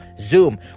zoom